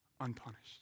unpunished